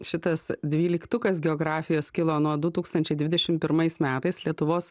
šitas dvyliktukas geografijos kilo nuo dū tūkstančiai dvidešimt pirmais metais lietuvos